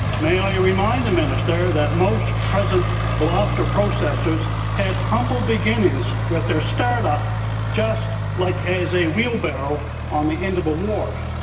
may i ah remind the minister that most present lobster processes had humble beginnings with their start-up just like as a wheelbarrow on the end of a wharf.